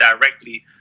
directly